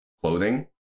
clothing